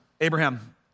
Abraham